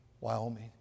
Wyoming